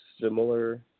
similar